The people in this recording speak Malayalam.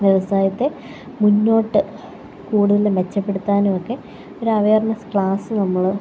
വ്യവസായത്തെ മുന്നോട്ട് കൂടുതൽ മെച്ചപ്പെടുത്താനുമൊക്കെ ഒരു അവേർനെസ്സ് ക്ലാസ്സ് നമ്മൾ